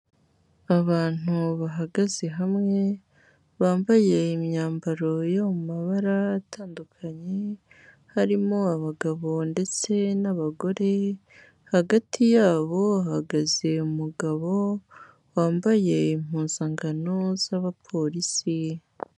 Abantu bahagaze hamwe, bambaye imyambaro yo mu mabara atandukanye, harimo abagabo ndetse n'abagore, hagati yabo hahagaze umugabo wambaye impuzankano z'abapolisi.